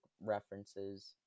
references